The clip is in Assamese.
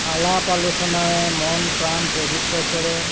আলাপ আলোচনাৰে মন প্ৰাণ পৱিত্ৰ কৰে